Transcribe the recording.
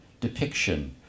depiction